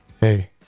Hey